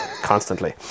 Constantly